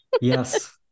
Yes